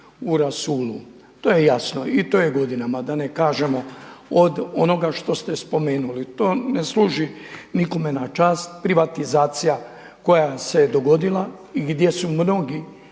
u rasulu. To je jasno i to je godinama da ne kažemo od onoga što ste spomenuli. To ne služi nikome na čast. Privatizacija koja se dogodila i gdje su mnogi